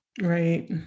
Right